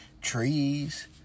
Trees